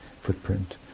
footprint